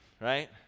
right